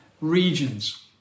regions